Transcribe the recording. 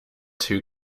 two